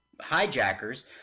hijackers